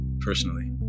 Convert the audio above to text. personally